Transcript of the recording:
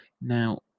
Now